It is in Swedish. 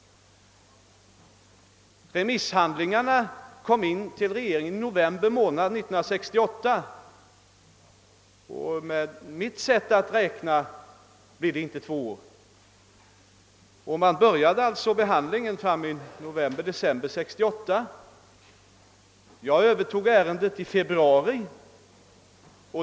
Remisshandlingarna kom in till regeringen i november månad 1968, och enligt mitt sätt att räkna har det inte gått två år sedan dess. Behandlingen av frågan inom regeringen började i november-december 1968. Jag övertog ärendet i februari.